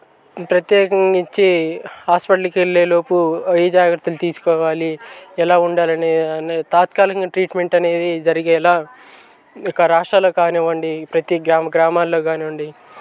ప్రత్యేకించి హాస్పటల్కి వెళ్ళేలోపు ఈ జాగ్రత్తలు తీసుకోవాలి ఎలా ఉండాలనే అని తాత్కాలికంగా ట్రీట్మెంట్ అనేది జరిగేలాగా ఇక రాష్ట్రాలలో కానివ్వండి ప్రతి గ్రామ గ్రామాలలో కానివ్వండి